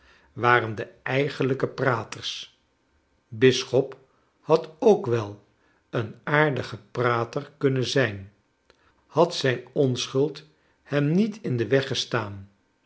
waren de eigenlijke praters bisschop had ook wel een aardige prater kunnen zijn had zijn onschuld hem niet in den weg gestaan